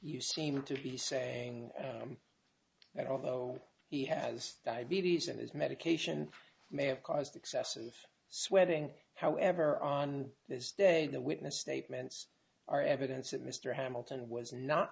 you seem to be saying that although he has diabetes and his medication may have caused excessive sweating however on this day the witness statements are evidence that mr hamilton was not